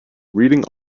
reading